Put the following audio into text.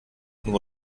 nur